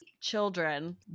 Children